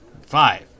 Five